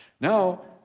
Now